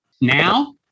Now